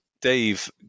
Dave